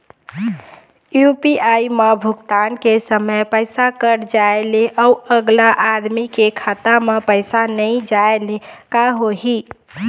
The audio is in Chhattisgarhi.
यू.पी.आई म भुगतान के समय पैसा कट जाय ले, अउ अगला आदमी के खाता म पैसा नई जाय ले का होही?